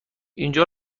اینجا